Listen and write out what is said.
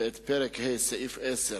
את פרק ה' סעיף 10,